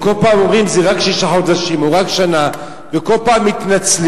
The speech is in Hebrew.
כל פעם אומרים שזה רק שישה חודשים או רק שנה וכל פעם מתנצלים.